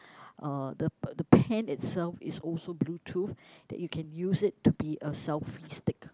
uh the the pen itself is also bluetooth that you can use it to be a selfie stick